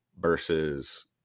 versus